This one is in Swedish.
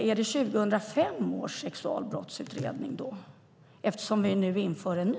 Är det 2005 års sexualbrottsutredning eftersom vi nu har en ny?